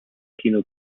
kino